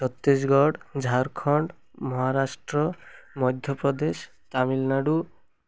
Chhattisgarh Jharkhand Maharashtra Madhya Pradesh Tamil Nadu